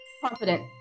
Confident